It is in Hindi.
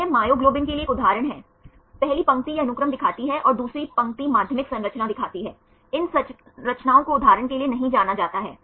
यह मायोग्लोबिन के लिए एक उदाहरण है पहली पंक्ति यह अनुक्रम दिखाती है और दूसरी पंक्ति माध्यमिक संरचना दिखाती है इन संरचनाओं को उदाहरण के लिए नहीं जाना जाता है